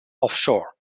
offshore